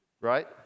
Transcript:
right